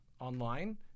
online